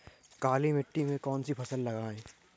काली मिट्टी में कौन सी फसल लगाएँ?